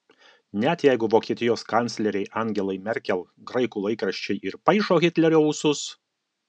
net jeigu vokietijos kanclerei angelai merkel graikų laikraščiai ir paišo hitlerio ūsus